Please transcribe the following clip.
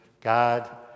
god